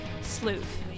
Sleuth